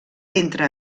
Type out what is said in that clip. entre